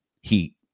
heat